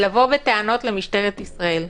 לבוא בטענות למשטרת ישראל.